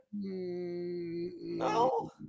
No